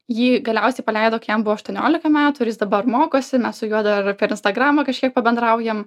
jį galiausiai paleido kai jam buvo aštuoniolika metų ir jis dabar mokosi mes su juo dar per instagramą kažkiek pabendraujam